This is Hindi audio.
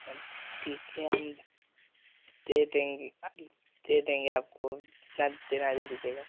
ठीक है हम दे देंगे दे देंगे आपको चार तेरा दे दीजियेगा